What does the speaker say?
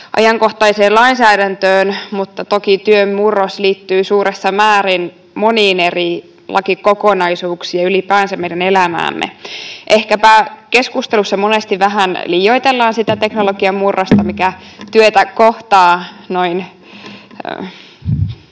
ajankohtaiseen lainsäädäntöön, vaikka toki työn murros liittyy suuressa määrin moniin eri lakikokonaisuuksiin ja ylipäänsä meidän elämäämme. Ehkäpä keskustelussa monesti vähän liioitellaan sitä teknologian murrosta, mikä työtä kohtaa noin